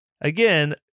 again